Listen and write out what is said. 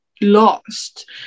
lost